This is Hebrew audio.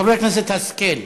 חברת הכנסת השכל.